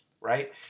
right